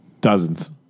dozens